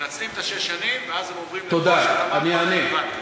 מנצלים את שש השנים ואז עוברים, תודה, אני אענה.